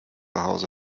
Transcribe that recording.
hause